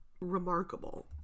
remarkable